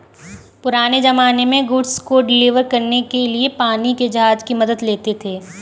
पुराने ज़माने में गुड्स को डिलीवर करने के लिए पानी के जहाज की मदद लेते थे